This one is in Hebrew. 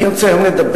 היום אני רוצה לדבר,